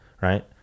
Right